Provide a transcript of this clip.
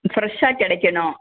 ஃப்ரெஷ்ஷாக கிடைக்கணும்